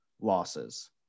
losses